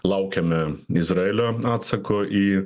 laukiame izraelio atsako į